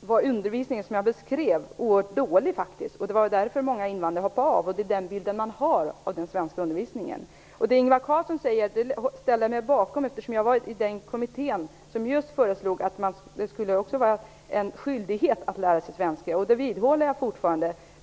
var undervisningen väldigt dålig, såsom jag beskrev tidigare, och det var därför många invandrare som hoppade av. Det är också den bilden man har av den svenska undervisningen. Jag ställer mig bakom det Ingvar Carlsson säger, eftersom jag var med i just den kommitté som föreslog att det skulle vara en skyldighet att lära sig svenska. Detta vidhåller jag fortfarande.